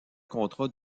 contrat